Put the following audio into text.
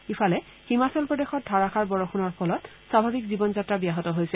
ইফালে হিমাচল প্ৰদেশত ধাৰাষাৰ বৰষূণৰ ফলত স্বাভাৱিক জীৱন যাত্ৰা ব্যাহত হৈছে